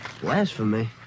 Blasphemy